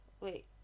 wait